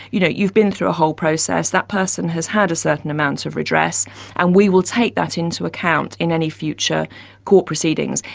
you know, you've been through a whole process, that person has had a certain amount of redress and we will take that into account in any future court proceedings.